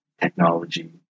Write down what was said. technology